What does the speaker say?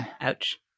Ouch